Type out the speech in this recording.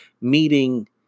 meeting